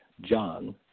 john